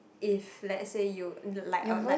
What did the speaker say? if let's say you in the like or like